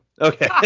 Okay